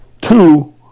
Two